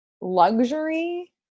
luxury